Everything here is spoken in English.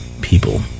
people